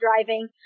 driving